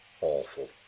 awful